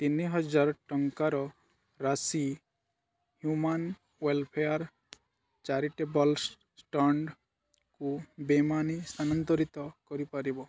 ତିନିହଜାର ଟଙ୍କାର ରାଶି ହ୍ୟୁମାନ୍ ୱେଲ୍ଫେୟାର୍ ଚାରିଟେବଲ୍ ଷ୍ଟଣ୍ଟକୁ ବେନାମୀ ସ୍ଥାନାନ୍ତରିତ କରିପାରିବ